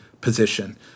position